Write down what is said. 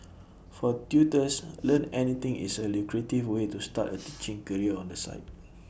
for tutors Learn Anything is A lucrative way to start A teaching career on the side